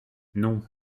non